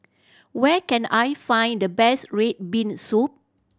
where can I find the best red bean soup